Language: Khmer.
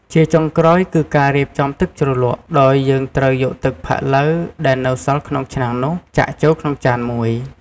ជាចុងក្រោយ គឺការរៀបចំទឹកជ្រលក់ ដោយយើងត្រូវយកទឹកផាក់ឡូវ ដែលនៅសល់ក្នុងឆ្នាំងនោះ ចាក់ចូលក្នុងចានមួយ។